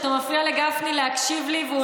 אתה מפריע לגפני להקשיב לי והוא לא ידע מה קורה.